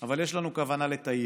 אבל יש לנו כוונה לטייב